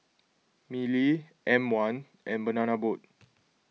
Mili M one and Banana Boat